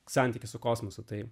santykius su kosmosu tai